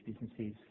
businesses